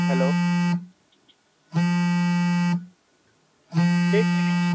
hello ठीक है में